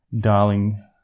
darling